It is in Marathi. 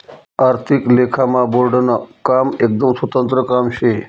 आर्थिक लेखामा बोर्डनं काम एकदम स्वतंत्र काम शे